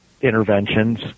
interventions